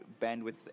bandwidth